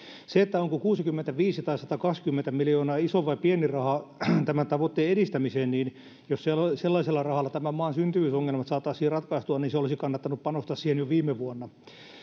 se onko kuusikymmentäviisi tai satakaksikymmentä miljoonaa iso vai pieni raha tämän tavoitteen edistämiseen niin jos sellaisella rahalla tämän maan syntyvyysongelmat saataisiin ratkaistua niin olisi kannattanut panostaa siihen jo viime vuonna